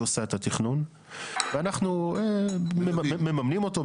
היא עושה את התכנון ואנחנו מממנים אותו,